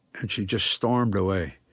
and she just stormed away.